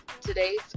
today's